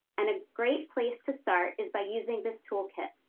and a great place to start is by using this toolkit.